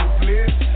bliss